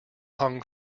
hung